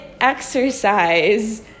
exercise